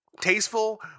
tasteful